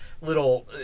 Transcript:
little